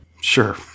Sure